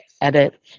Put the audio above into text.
edit